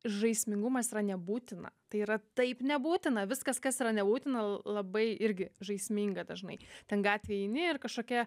žaismingumas yra nebūtina tai yra taip nebūtina viskas kas yra nebūtina labai irgi žaisminga dažnai ten gatvėj eini ir kažkokia